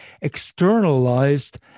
externalized